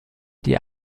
die